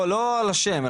לא על השם,